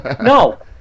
No